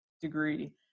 degree